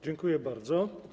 Dziękuję bardzo.